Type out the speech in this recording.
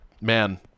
man